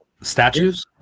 statues